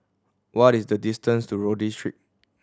what is the distance to Rodyk Street